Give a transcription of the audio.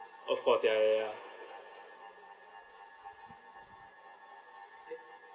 of course ya ya ya